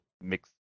mix